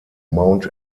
mount